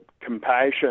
compassion